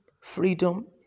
freedom